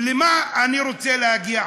לְמה אני רוצה להגיע?